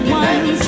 one